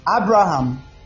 Abraham